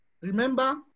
remember